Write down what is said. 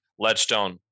Ledgestone